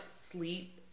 sleep